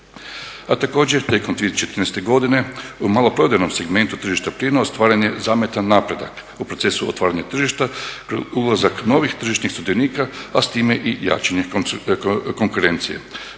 A također tijekom 2013. godine u maloprodajnom segmentu tržišta plina ostvaren je zamjetan napredak u procesu otvaranja tržišta ulazak novih tržišnih sudionika, a s time i jačanje konkurencije.